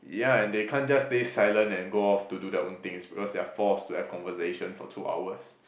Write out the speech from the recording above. ya and they can't just stay silent and go off to do their own things because they are forced to have conversation for two hours